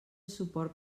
suport